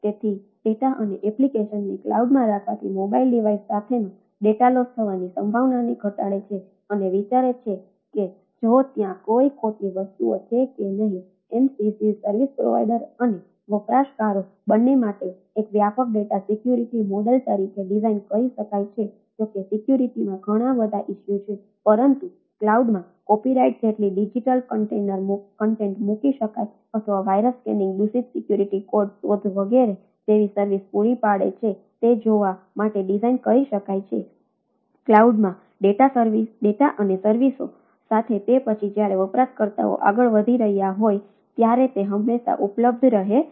તેથી ડેટા અને એપ્લિકેશનને ક્લાઉડ ડેટા અને સર્વિસો સાથે તે પછી જ્યારે વપરાશકર્તાઓ આગળ વધી રહ્યા હોય ત્યારે તે હંમેશા ઉપલબ્ધ રહે છે